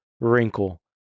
wrinkle